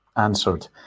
Answered